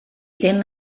ddim